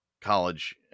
college